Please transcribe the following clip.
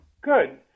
Good